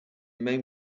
main